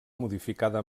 modificada